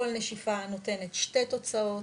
כל נשיפה נותנת 2 תוצאות.